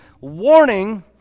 Warning